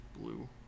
Blue